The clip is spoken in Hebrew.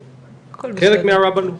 כן, חלק מהרבנות.